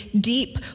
deep